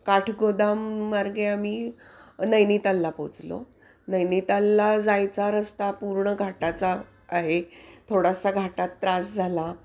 काठगोदाममार्गे आम्ही नैनितालला पोचलो नैनितलला जायचा रस्ता पूर्ण घाटाचा आहे थोडासा घाटात त्रास झाला